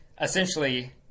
essentially